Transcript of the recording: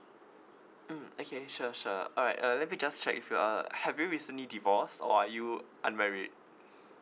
mm okay sure sure alright uh let me just check with you uh have you recently divorced or are you unmarried